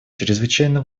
чрезвычайно